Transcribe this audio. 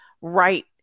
right